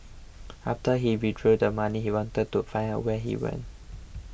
after he withdrew the money he wanted to find out where he went